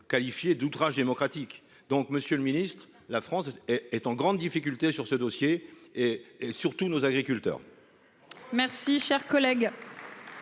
qualifié d'outrage démocratique. Donc Monsieur le Ministre. La France est en grande difficulté sur ce dossier et surtout nos agriculteurs.-- Merci cher collègue.--